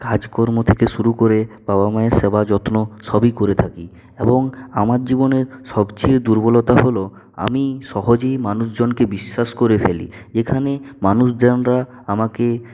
কাজ কর্ম থেকে শুরু করে বাবা মায়ের সেবা যত্ন সবই করে থাকি এবং আমার জীবনের সবচেয়ে দুর্বলতা হল আমি সহজেই মানুষজনকে বিশ্বাস করে ফেলি এখানে মানুষজনরা আমাকে